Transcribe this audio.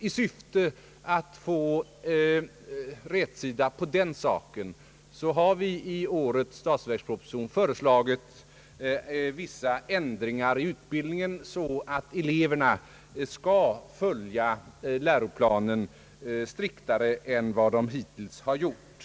I syfte att få rätsida på den saken har vi i årets statsverksproposition föreslagit vissa ändringar i utbildningen så att eleverna skall följa läroplanen striktare än vad de hittills har gjort.